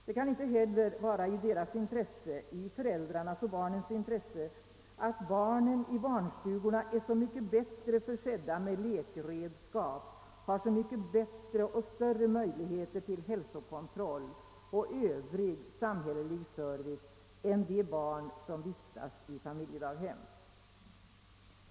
Det kan inte heller vara i föräldrarnas intresse att barnen i barnstugorna är så mycket bättre försedda med lekredskap och har så mycket större möjligheter till hälsokontroll och övrig samhällsservice än de barn, som vistas i familjedaghem.